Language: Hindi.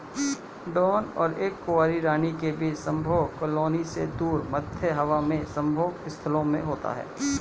ड्रोन और एक कुंवारी रानी के बीच संभोग कॉलोनी से दूर, मध्य हवा में संभोग स्थलों में होता है